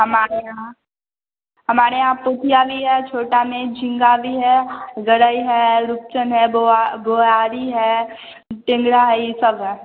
हमारे यहाँ हमारे यहाँ पुखिया भी है छोटा में झींगा भी है गड़ई है रुपचन है बोआरी है टिंगरा है ये सब है